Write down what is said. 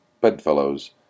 bedfellows